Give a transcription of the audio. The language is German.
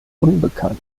unbekannt